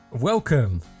welcome